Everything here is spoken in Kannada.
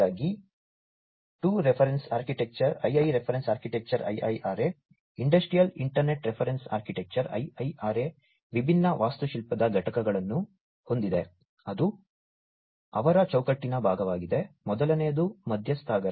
ಹಾಗಾಗಿ II reference architecture industrial internet reference architecture IIRA ವಿಭಿನ್ನ ವಾಸ್ತುಶಿಲ್ಪದ ಘಟಕಗಳನ್ನು ಹೊಂದಿದೆ ಅದು ಅವರ ಚೌಕಟ್ಟಿನ ಭಾಗವಾಗಿದೆ ಮೊದಲನೆಯದು ಮಧ್ಯಸ್ಥಗಾರ